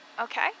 Okay